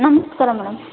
ನಮಸ್ಕಾರ ಮೇಡಮ್